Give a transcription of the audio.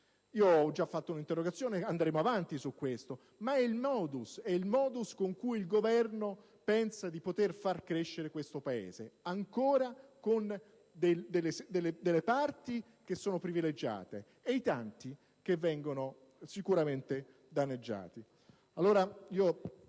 Ho già presentato un'interrogazione e andremo avanti sulla questione, ma questo è il modo con cui il Governo pensa di poter far crescere il Paese, ancora con delle parti che sono privilegiate e i tanti che vengono sicuramente danneggiati.